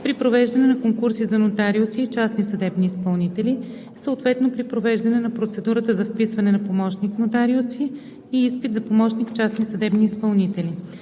при провеждане на конкурси за нотариуси и частни съдебни изпълнители съответно при провеждане на процедурата за вписване на помощник-нотариуси и изпит за помощник-частни съдебни изпълнители.